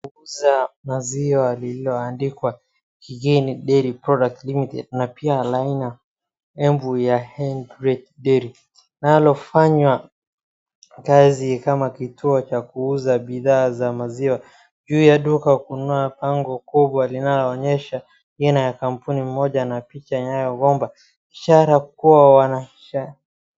kuuza maziwa lililoandikwa Kieni Dairy Products Limited Appear Here Liner Embu Great Hen Diary Linalofanya kazi kama kituo cha kuuza bidhaa za maziwa. Juu ya duka kuna bango kubwa inaonyesha jina ya kampuni moja na picha inayogomba ishara kuwa.